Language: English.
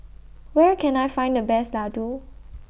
Where Can I Find The Best Laddu